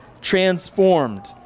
transformed